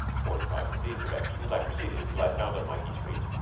fortified with these directions, i proceeded till i found a mighty street,